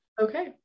okay